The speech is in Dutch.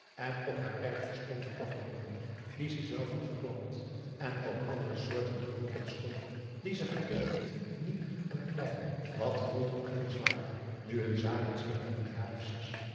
en op haar erfje stonden klapperboomen die ze zelf had geplant en ook andere soorten groot en schoon die ze gekend had nietig en klein dat gold ook heel zwaar nu hun zaken zich na n jaar of zes